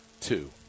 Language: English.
two